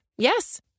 Yes